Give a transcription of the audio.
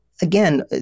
again